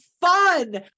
fun